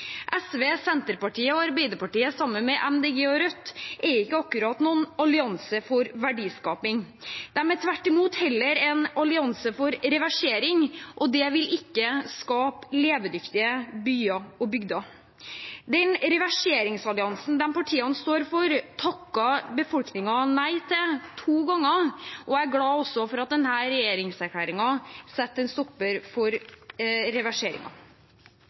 SV, Senterpartiet og Arbeiderpartiet, sammen med MDG og Rødt, er ikke akkurat noen allianse for verdiskaping. Det er tvert imot heller en allianse for reversering, og det vil ikke skape levedyktige byer og bygder. Den reverseringsalliansen de partiene står for, takket befolkningen nei til to ganger, og jeg er også glad for at denne regjeringserklæringen setter en stopper for